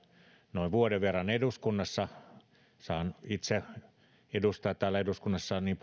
noin vuoden verran eduskunnassa saan itse edustaa täällä eduskunnassa niin